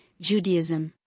Judaism